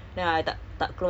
ya